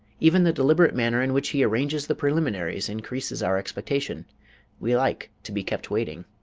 even the deliberate manner in which he arranges the preliminaries increases our expectation we like to be kept waiting.